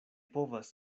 povas